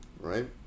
right